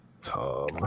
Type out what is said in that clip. Tom